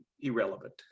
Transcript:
irrelevant